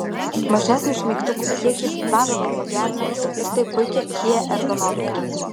mažesnis mygtukų kiekis dar labiau pagerina ir taip puikią kia ergonomiką